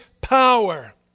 power